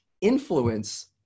influence